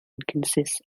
consists